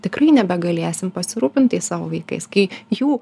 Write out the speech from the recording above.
tikrai nebegalėsim pasirūpint tais savo vaikais kai jų